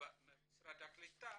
ממשרד הקליטה